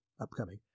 Upcoming